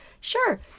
Sure